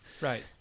Right